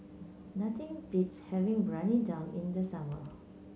nothing beats having Briyani Dum in the summer